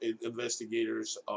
investigators